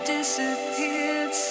disappeared